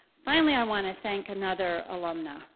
finally, i want to thank another alumna,